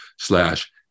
slash